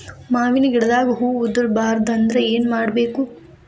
ಮಾವಿನ ಗಿಡದಾಗ ಹೂವು ಉದುರು ಬಾರದಂದ್ರ ಏನು ಮಾಡಬೇಕು?